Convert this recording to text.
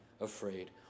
afraid